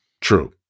True